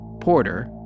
Porter